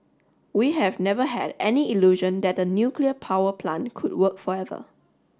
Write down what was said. we have never had any illusion that the nuclear power plant could work forever